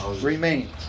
Remain